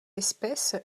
espèce